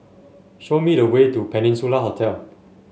show me the way to Peninsula Hotel